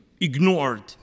ignored